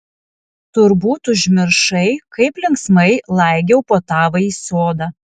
turbūt užmiršai kaip linksmai laigiau po tavąjį sodą